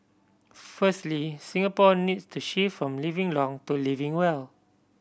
firstly Singapore needs to shift from living long to living well